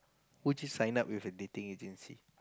would you sign up with a dating agency